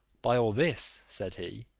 by all this, said he,